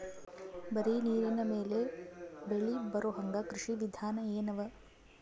ಬರೀ ನೀರಿನ ಮೇಲೆ ಬೆಳಿ ಬರೊಹಂಗ ಕೃಷಿ ವಿಧಾನ ಎನವ?